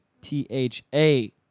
T-H-A